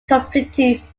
conflicting